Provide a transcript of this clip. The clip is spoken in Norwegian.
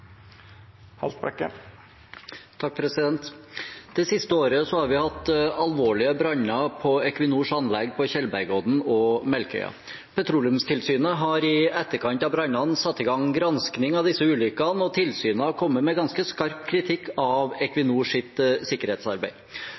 Det siste året har vi hatt alvorlige branner på Equinors anlegg på Tjeldbergodden og på Melkøya. Petroleumstilsynet har i etterkant av brannene satt i gang gransking av disse ulykkene, og tilsynet har kommet med ganske skarp kritikk av Equinors sikkerhetsarbeid.